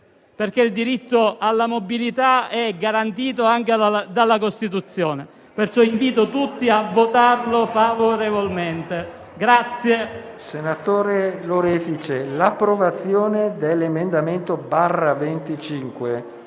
Senatore Lorefice, l'approvazione dell'emendamento 2.1500/25